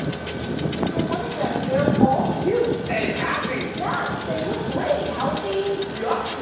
individual one of them and they're all cute. and happy. yes, they look great, healthy. yep.